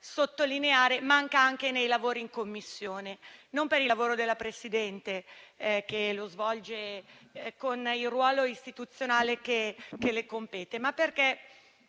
sottolineare - manca anche nei lavori in Commissione (e non per il lavoro della Presidente, che lo svolge con il ruolo istituzionale che le compete). Spesso